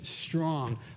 strong